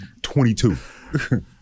22